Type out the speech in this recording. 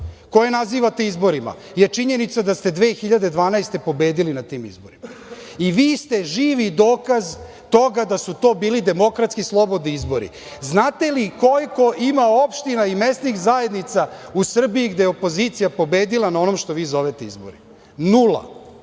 koji nazivate izborima, je činjenica da ste 2012. godine pobedili na tim izborima. Vi ste živi dokaz toga da su to bili demokratski i slobodni izbori. Znate li koliko ima opština i mesnih zajednica u Srbiji gde je opozicija pobedila na onom što vi zovete izbori? Nula.